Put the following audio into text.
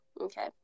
Okay